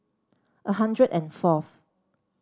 a hundred and fourth